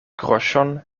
groŝon